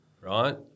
right